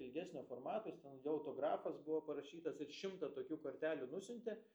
ilgesnio formato jis ten jo autografas buvo parašytas ir šimtą tokių kortelių nusiuntė